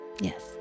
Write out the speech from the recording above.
Yes